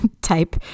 type